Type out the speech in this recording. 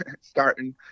starting